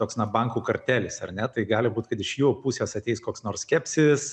toks na bankų kartelis ar ne tai gali būt kad iš jų pusės ateis koks nors skepsis